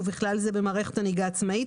ובכלל זה במערכת הנהיגה העצמאית,